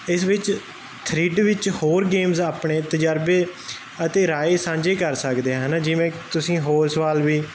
ਇਸ ਵਿੱਚ ਥਰੀਡ ਵਿੱਚ ਹੋਰ ਗੇਮਸ ਆਪਣੇ ਤਜਰਬੇ ਅਤੇ ਰਾਏ ਸਾਂਝੇ ਕਰ ਸਕਦੇ ਹਨ ਜਿਵੇਂ ਤੁਸੀਂ ਹੋਰ ਸਵਾਲ ਵੀ